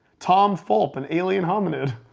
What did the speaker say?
tom fulp and alien hominid.